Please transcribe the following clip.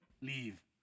Leave